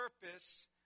purpose